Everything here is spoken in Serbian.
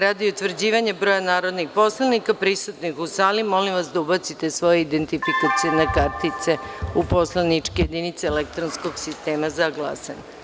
Radi utvrđivanja broja narodnih poslanika prisutnih u sali, molim narodne poslanike da ubace svoje identifikacione kartice u poslaničke jedinice elektronskog sistema za glasanje.